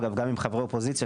גם עם חברי אופוזיציה,